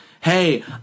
Hey